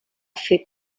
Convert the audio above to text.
fer